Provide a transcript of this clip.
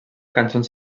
cançons